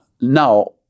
Now